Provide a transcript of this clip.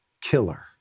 killer